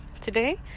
today